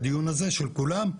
בדיון הזה של כולם,